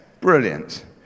brilliant